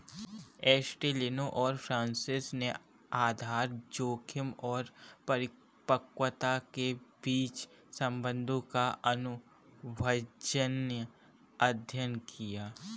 एस्टेलिनो और फ्रांसिस ने आधार जोखिम और परिपक्वता के बीच संबंधों का अनुभवजन्य अध्ययन किया